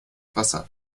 wasser